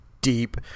deep